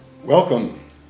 Welcome